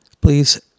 Please